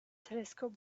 telescope